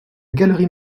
galerie